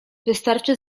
wystarczy